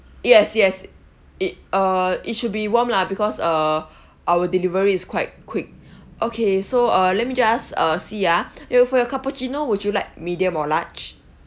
yes yes it err it should be warm lah because uh our delivery is quite quick okay so uh let me just uh see ah you for your cappuccino would you like medium or large